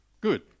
Good